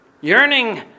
yearning